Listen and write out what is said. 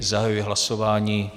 Zahajuji hlasování.